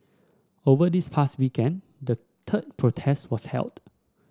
over this past weekend the third protest was held